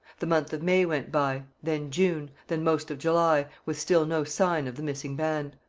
the month of may went by, then june, then most of july, with still no sign of the missing band.